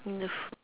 in a food